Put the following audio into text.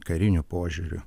kariniu požiūriu